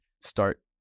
start